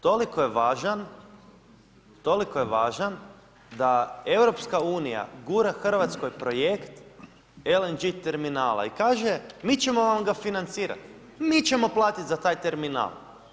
Toliko je važan da EU gura Hrvatskoj projekt LNG terminala i kaže mi ćemo vam ga financirati, mi ćemo platiti za taj terminal.